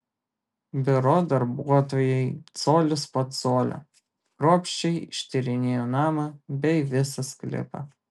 biuro darbuotojai colis po colio kruopščiai ištyrinėjo namą bei visą sklypą